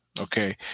okay